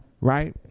Right